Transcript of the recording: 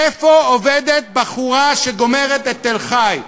איפה עובדת בחורה שגומרת את מכללת תל-חי?